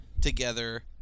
together